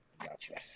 Gotcha